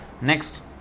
Next